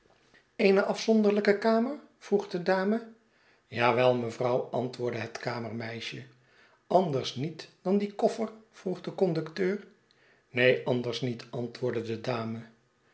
eene afzonderlijke kamer vroeg de dame ja wel mevrouw antwoordde het kamermeisje anders niet dan die koffer vroeg de conducteur neen anders niet antwoordde de dame